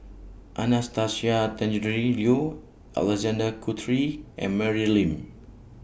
Anastasia Tjendri Liew Alexander Guthrie and Mary Lim